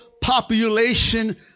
population